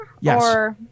Yes